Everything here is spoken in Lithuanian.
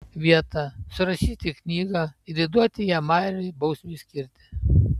vietą surašyti į knygą ir įduoti ją majeriui bausmei skirti